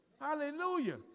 Hallelujah